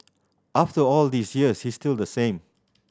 after all these years he's still the same